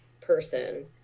person